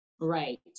right